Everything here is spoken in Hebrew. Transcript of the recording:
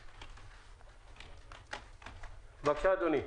בבקשה, אדוני.